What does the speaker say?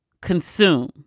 Consume